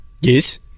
Yes